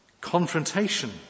confrontation